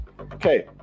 okay